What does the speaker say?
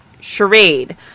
Charade